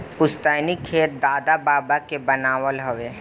पुस्तैनी खेत दादा बाबा के बनावल हवे